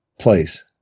Place